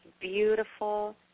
beautiful